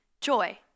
Joy